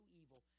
evil